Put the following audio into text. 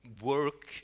work